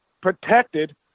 protected